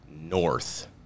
North